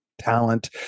Talent